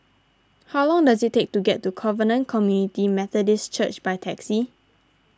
how long does it take to get to Covenant Community Methodist Church by taxi